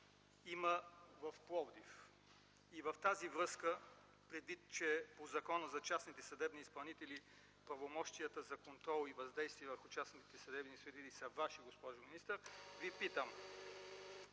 има в Пловдив. И във връзка с това, предвид че по Закона за частните съдебни изпълнители правомощията за контрол и въздействие върху частните съдебни изпълнители са Ваши, госпожо министър, Ви питам: